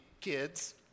kids